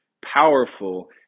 powerful